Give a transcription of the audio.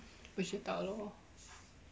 不知道 lor